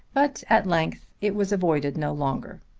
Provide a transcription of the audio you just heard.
but at length it was avoided no longer.